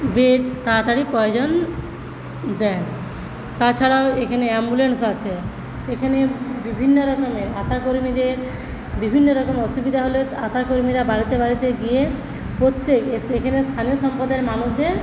bed তাড়াতাড়ি প্রয়োজন দেন তাছাড়াও এখানে অ্যাম্বুলেন্স আছে এখানে বিভিন্ন রকমের আশা কর্মীদের বিভিন্ন রকম অসুবিধে হলে আশা কর্মীরা বাড়িতে বাড়িতে গিয়ে প্রত্যেক এখানে স্থানীয় সম্প্রদায়ের মানুষদের